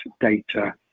data